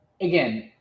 again